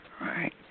right